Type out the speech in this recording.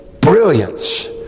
brilliance